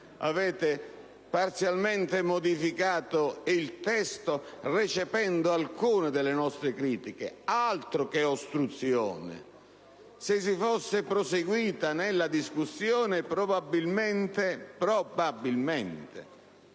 avete parzialmente modificato il testo, recependo alcune delle nostre critiche: altro che ostruzione! Se fosse proseguita la discussione, probabilmente altre